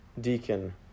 deacon